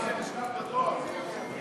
אם זה נשלח בדואר אז זה יגיע.